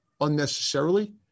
unnecessarily